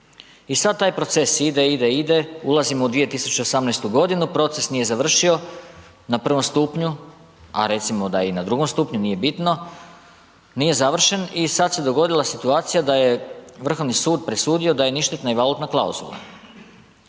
I sad taj proces ide, ide, ide, ulazimo u 2018. g., proces nije završio na prvom stupnju a recimo da i na drugom stupnju, nije bitno, nije završen i sad se dogodila situacija da je Vrhovni sud presudio da je ništetna i valutna klauzula.